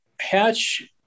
hatch